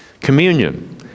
Communion